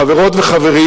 חברות וחברים,